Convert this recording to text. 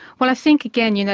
well i think, again, you know